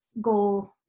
goal